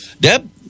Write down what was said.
Deb